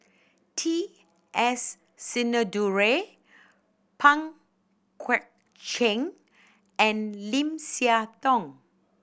T S Sinnathuray Pang Guek Cheng and Lim Siah Tong